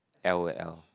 l_o_l